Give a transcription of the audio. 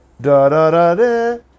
da-da-da-da